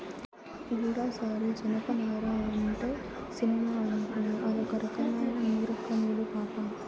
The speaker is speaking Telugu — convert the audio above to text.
గూడసారి జనపనార అంటే సినిమా అనుకునేవ్ అదొక రకమైన మూరొక్క నూలు పాపా